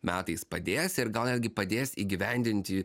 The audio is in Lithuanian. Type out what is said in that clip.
metais padės ir gal netgi padės įgyvendinti